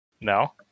no